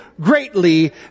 greatly